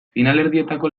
finalerdietako